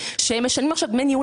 באיחור שעכשיו הם משלמים את דמי הניהול